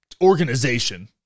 organization